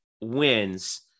wins